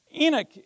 Enoch